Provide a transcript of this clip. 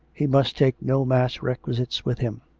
he must take no mass requisites with him.